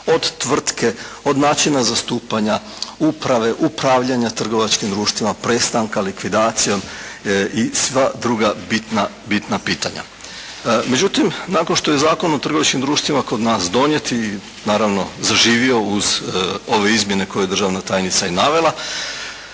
od tvrtke, od načina zastupanja, uprave, upravljanja trgovačkim društvima, prestanka, likvidacijom i sva druga bitna, bitna pitanja. Međutim, nakon što je Zakon o trgovačkim društvima kod nas donijet i naravno zaživio uz ove izmjene koje je državna tajnica i navela